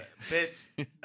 bitch